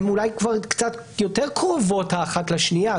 הן אולי כבר קצת יותר קרובות האחת לשנייה,